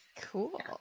cool